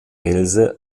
else